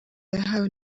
yahawe